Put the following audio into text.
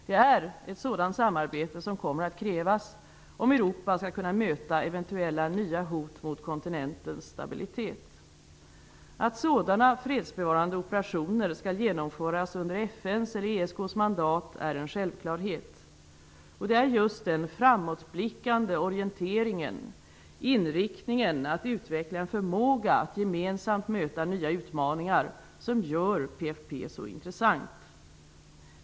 Det är ett sådant samarbete som kommer att krävas om Europa skall kunna möta eventuella nya hot mot kontinentens stabilitet. Att sådana fredsbevarande operationer skall genomföras under FN:s eller ESK:s mandat är en självklarhet. Det är just den framåtblickande orienteringen och inriktningen att utveckla en förmåga att gemensamt möta nya utmaningar som gör PFF så intressant.